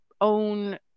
own